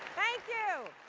thank you!